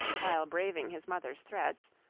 while braving his mother's threats,